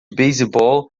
beisebol